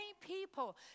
people